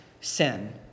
sin